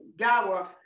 Gawa